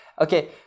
okay